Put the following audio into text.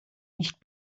nicht